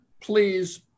please